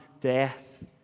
death